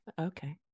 okay